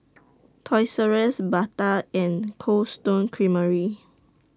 Toys R US Bata and Cold Stone Creamery